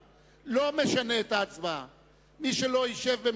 לא, אדוני היושב-ראש.